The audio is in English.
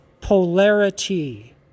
polarity